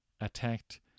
attacked